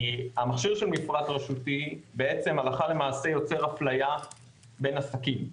כי המכשיר של מפרט רשותי בעצם הלכה למעשה יוצר אפליה בין עסקים.